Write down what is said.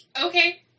Okay